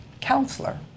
counselor